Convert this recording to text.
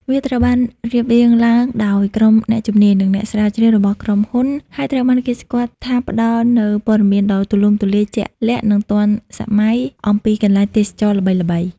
វាត្រូវបានរៀបរៀងឡើងដោយក្រុមអ្នកជំនាញ និងអ្នកស្រាវជ្រាវរបស់ក្រុមហ៊ុន ហើយត្រូវបានគេស្គាល់ថាផ្ដល់នូវព័ត៌មានដ៏ទូលំទូលាយ ជាក់លាក់ និងទាន់សម័យអំពីកន្លែងទេសចរណ៍ល្បីៗ.